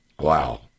Wow